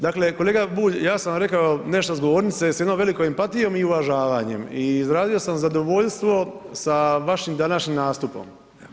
Dakle, kolega Bulj, ja sam vam rekao nešto s govornice s jednom velikom empatijom i uvažavanjem i izrazio sam zadovoljstvo sa vašim današnjim nastupom.